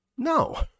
No